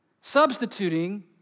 substituting